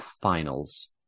finals